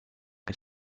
que